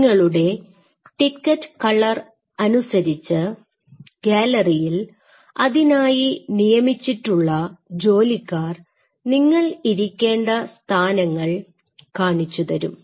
നിങ്ങളുടെ ticket colour അനുസരിച്ച് ഗാലറിയിൽ അതിനായി നിയമിച്ചിട്ടുള്ള ജോലിക്കാർ നിങ്ങൾ ഇരിക്കേണ്ട സ്ഥാനങ്ങൾ കാണിച്ചുതരും